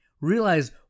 Realize